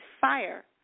fire